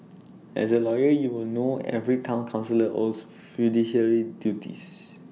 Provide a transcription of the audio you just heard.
as A lawyer you will know every Town councillor owes fiduciary duties